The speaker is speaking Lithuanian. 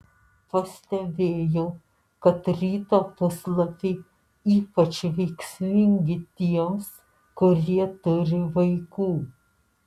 pastebėjau kad ryto puslapiai ypač veiksmingi tiems kurie turi vaikų